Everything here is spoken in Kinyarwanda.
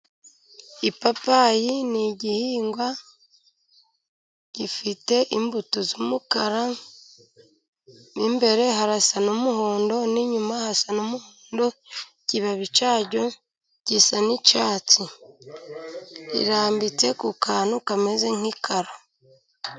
Ipapayi ni igihingwa gifite imbuto z'umukara, n'imbere harasa n'umuhondo, n'inyuma hasa n'umuhondo, ikibabi cyaryo gisa n'icyatsi. Irambitse ku kantu kameze nk'ikara.